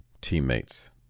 teammates